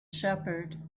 shepherd